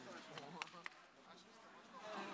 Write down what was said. תם סדר-היום.